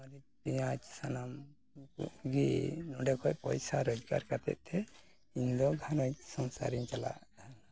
ᱢᱟᱹᱨᱤᱪ ᱯᱮᱸᱭᱟᱡ ᱥᱟᱱᱟᱢ ᱜᱮ ᱱᱚᱰᱮ ᱠᱷᱚᱱ ᱯᱚᱭᱥᱟ ᱨᱚᱡᱽᱜᱟᱨ ᱠᱟᱛᱮᱫ ᱛᱮ ᱤᱧ ᱫᱚ ᱜᱷᱟᱱᱮ ᱥᱚᱝᱥᱟᱨᱤᱧ ᱪᱟᱞᱟᱣᱮᱫ ᱛᱟᱦᱮᱱᱟ